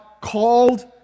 called